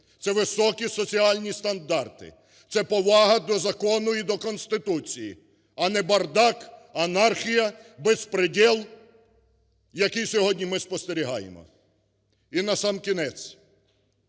це високі соціальні стандарти, це повага до закону і до Конституції, а не бардак, анархія, бєзпрєдєл, який сьогодні ми спостерігаємо. І насамкінець.